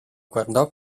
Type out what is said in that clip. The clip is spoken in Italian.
guardò